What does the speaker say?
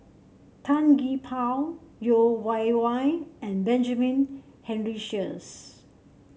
Tan Gee Paw Yeo Wei Wei and Benjamin Henry Sheares